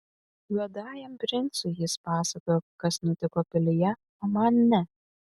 juodajam princui jis pasakojo kas nutiko pilyje o man ne